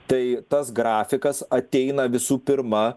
tai tas grafikas ateina visų pirma